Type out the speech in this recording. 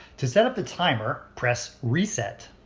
to set up the timer press reset.